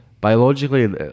biologically